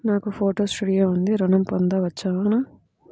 నాకు photo studio ఉంది ఋణం పొంద వచ్చునా?